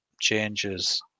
changes